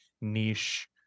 niche